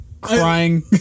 crying